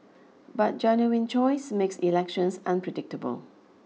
but genuine choice makes elections unpredictable